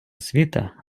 освіта